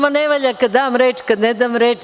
Vama ne valja kad dam reč, kad ne dam reč.